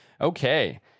Okay